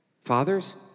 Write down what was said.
Fathers